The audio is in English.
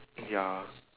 ya